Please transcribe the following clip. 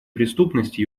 преступности